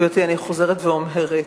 גברתי, אני חוזרת ואומרת: